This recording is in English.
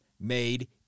made